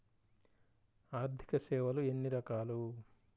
ఆర్థిక సేవలు ఎన్ని రకాలు?